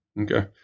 Okay